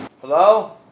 Hello